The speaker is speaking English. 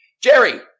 Jerry